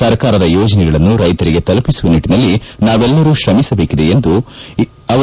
ಸರಕಾರದ ಯೋಜನೆಗಳನ್ನು ರೈತರಿಗೆ ತಲುಪಿಸುವ ನಿಟ್ಟನಲ್ಲಿ ನಾವೆಲ್ಲರೂ ತ್ರಮಿಸಬೇಕೆದೆ ಎಂದರು